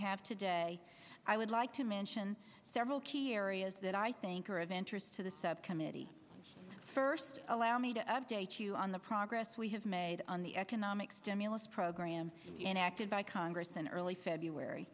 have today i would like to mention several key areas that i think are of interest to the subcommittee first allow me to update you on the progress we have made on the economic stimulus program enacted by congress in early february